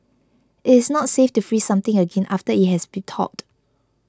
it is not safe to freeze something again after it has be thawed